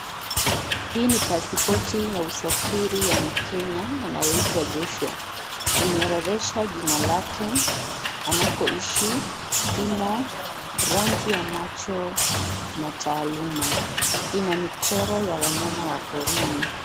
Hii ni pasipoti ya usafiri ya mkenya anayeitwa Joshua, unaorodhesha jina lake, anakoishi, kimo, rangi ya macho na taaluma ina michoro ya wanyama wa porini.